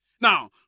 Now